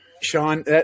Sean